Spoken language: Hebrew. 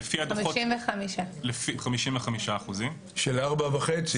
55%. 55%. של 4.5 מ"ר?